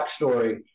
backstory